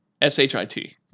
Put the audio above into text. S-H-I-T